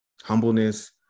humbleness